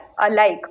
alike